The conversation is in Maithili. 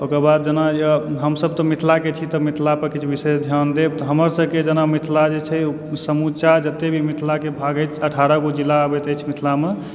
ओकर बाद जेना यऽ हमसब तऽ मिथिलाके छी तऽ मिथिला पर किछु विशेष ध्यान देब हमर सबके जेना मिथिला जे छै समूचा जतए भी मिथिलाके भाग अछि अठारह गो जिला आबैत अछि मिथिलामे